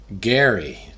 gary